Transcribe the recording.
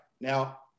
Now